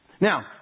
Now